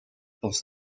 pense